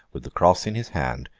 with the cross in his hand,